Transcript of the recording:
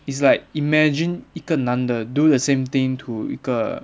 it's like imagine 一个男的 do the same thing to 一个